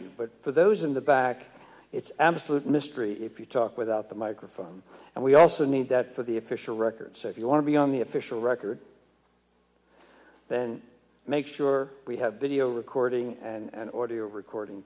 you but for those in the back it's absolute mystery if you talk without the microphone and we also need that for the official record so if you want to be on the official record then make sure we have video recording and order your recording